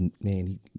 man